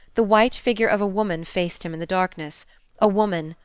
the white figure of a woman faced him in the darkness a woman,